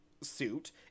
suit